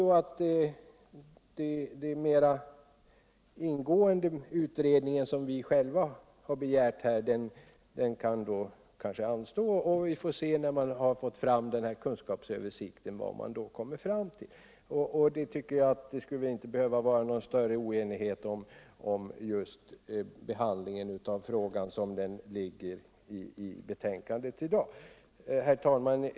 Kanske kan den mera ingående utredning som vi själva begärt anstå. När kunskapsöversikten föreligger får vi se vad man kommit fram till. Jag tycker inte att det borde råda någon större oenighet om frågans behandling med tanke på redogörelsen i dagens betänkande. Herr talman!